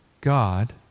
God